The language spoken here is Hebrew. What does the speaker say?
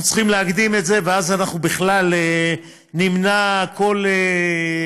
אנחנו צריכים להקדים את זה ואז אנחנו נמנע כל תהליך.